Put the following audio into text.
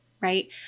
right